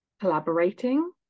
collaborating